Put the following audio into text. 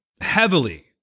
heavily